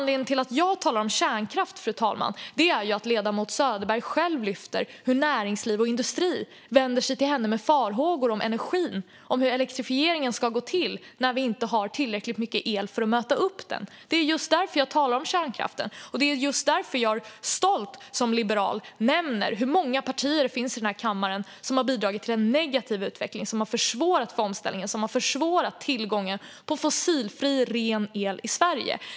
Anledningen till att jag talar om kärnkraft är att ledamoten Söderberg själv lyfter fram hur näringsliv och industri vänder sig till henne med farhågor om energin och om hur elektrifieringen ska gå till när vi inte har tillräckligt mycket el för att möta upp den. Det är just därför som jag talar om kärnkraften, och det är just därför som jag som stolt liberal nämner hur många partier det finns i denna kammare som har bidragit till en negativ utveckling, som har försvårat för omställningen och som har försvårat tillgången på fossilfri, ren el i Sverige.